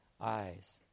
eyes